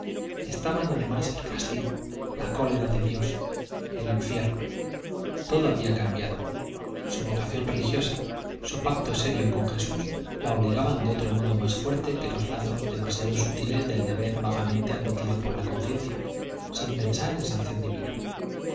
estaban además el castigo la cólera de dios el infierno todo había cambiado su vocación religiosa su pacto serio con jesús la obligaban de otro modo más fuerte que los lazos demasiado sutiles del deber vagamente admitido por la conciencia sin pensar en sanción divina